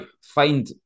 find